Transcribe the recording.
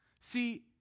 See